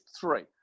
Three